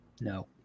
No